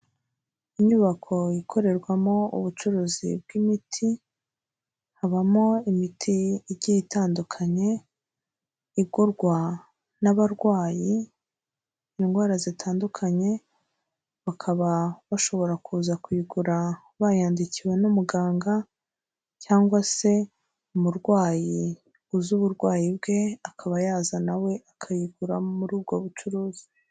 Inyubako ikorerwamo ubucuruzi bw'imiti, habamo imiti igiye itandukanye, igurwa n'abarwayi, indwara zitandukanye bakaba bashobora kuza kuyigura bayandikiwe n'umuganga cyangwa se umurwayi uzi uburwayi bwe akaba yaza na we akayigura muri ubwo bucuruzi.